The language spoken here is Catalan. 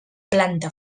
planta